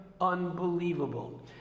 unbelievable